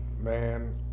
Man